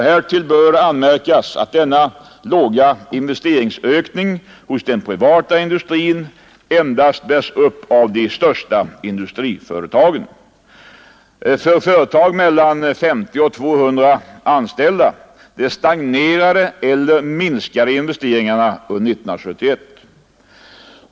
Härtill bör anmärkas att denna låga investeringsökning hos den privata industrin bärs upp av de största industriföretagen. För företag med mellan 50 och 200 anställda stagnerade eller minskade investeringarna under 1971.